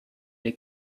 est